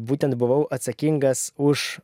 būtent buvau atsakingas už